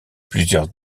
plusieurs